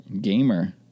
gamer